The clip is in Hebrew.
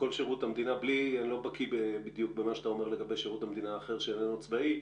אני לא בקי בדיוק במה שאתה אומר לגבי שירות המדינה האחר שאיננו צבאי,